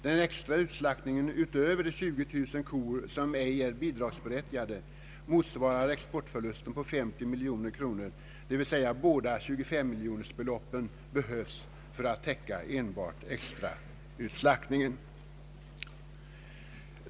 Den extra utslaktningen utöver de 20000 kor som ej är ”bidragsberättigade” motsvarar exportförlusten på 50 miljoner kronor, Det vill säga att båda beloppen på 25 miljoner kronor behövs för att täcka enbart extrautslaktningen.